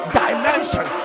dimension